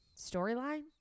storyline